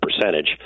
percentage